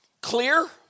Clear